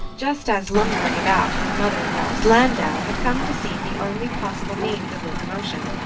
just as lumbering about in her mother-in-law's landau had come to seem the only possible means of locomotion,